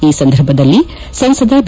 ಈ ಸಂದರ್ಭದಲ್ಲಿ ಸಂಸದ ಬಿ